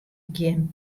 gjin